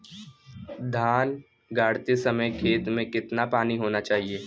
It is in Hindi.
धान गाड़ते समय खेत में कितना पानी होना चाहिए?